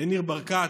לניר ברקת,